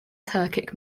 turkic